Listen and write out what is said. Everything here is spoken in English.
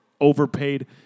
overpaid